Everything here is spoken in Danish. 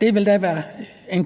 Det ville da være